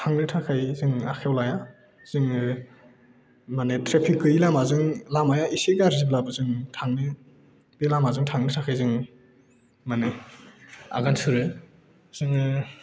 थांनो थाखाय जों आखाइयाव लाया जोङो माने थ्रेफिक गैयि लामाजों लामाया एसे गाज्रिब्लाबो जों थांनो बे लामाजों थांनो थाखाय जों माने आगान सुरो जोङो